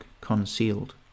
concealed